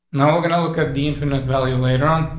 now, we're gonna look at the infinite value later on.